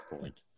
point